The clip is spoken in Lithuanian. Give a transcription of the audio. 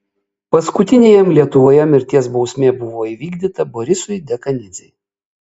paskutiniajam lietuvoje mirties bausmė buvo įvykdyta borisui dekanidzei